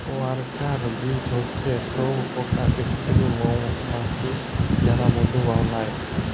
worker bee হচ্যে সব কটা স্ত্রী মমাছি যারা মধু বালায়